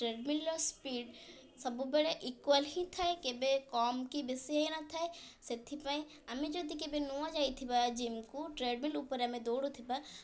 treadmill speed ସବୁବେଳେ equal ହିଁ ଥାଏ କେବେ କମ୍ କି ବେଶୀ ହୋଇନଥାଏ ସେଥିପାଇଁ ଆମେ ଯଦି କେବେ ନୂଆ ଯାଇଥିବା ଜିମ୍କୁ ଟ୍ରେଡ଼ମିଲ୍ ଉପରେ ଆମେ ଦୌଡ଼ୁଥିବା